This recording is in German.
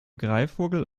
greifvogel